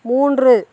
மூன்று